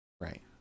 Right